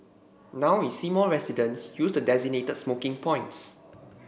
now we see more residents use the designated smoking points